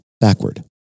backward